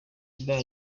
imana